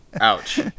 Ouch